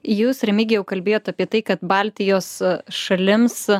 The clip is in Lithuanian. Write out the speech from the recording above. jūs remigijau kalbėjot apie tai kad baltijos šalims